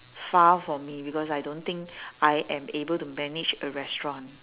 far for me because I don't think I am able to manage a restaurant